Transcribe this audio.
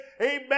amen